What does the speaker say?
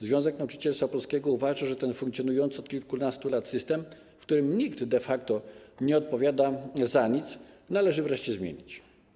Związek Nauczycielstwa Polskiego uważa, że ten funkcjonujący od kilkunastu lat system, w którym nikt de facto nie odpowiada za nic, należy wreszcie zmienić.